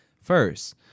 first